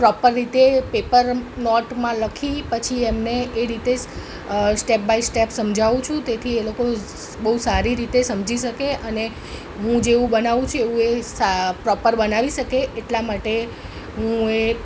proper રીતે paper નોટમાં લખી પછી એમને એ રીતે સ્ટેપ બાય સ્ટેપ સમજાવું છું તેથી એ લોકો બહુ સારી રીતે સમજી શકે અને હું જેવું બનાવું છું એવું એ પ્રોપર બનાવી શકે એટલા માટે હું એ